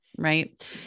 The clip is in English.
Right